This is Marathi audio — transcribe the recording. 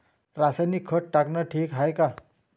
रासायनिक खत टाकनं ठीक हाये का?